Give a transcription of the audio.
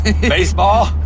Baseball